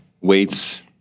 Weights